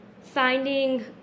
finding